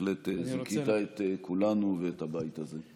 בהחלט זיכית את כולנו ואת הבית הזה.